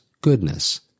goodness